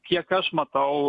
kiek aš matau